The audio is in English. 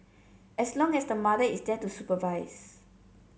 as long as the mother is there to supervise